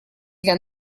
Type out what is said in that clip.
для